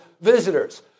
visitors